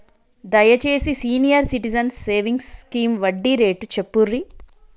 దయచేసి senior citizens savings scheme వడ్డీ rate చెప్పుర్రి